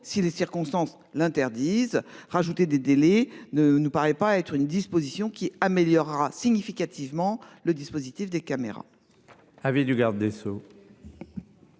si les circonstances l'interdisent rajouter des délais ne nous paraît pas être une disposition qui améliorera significativement le dispositif des caméras.